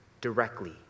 directly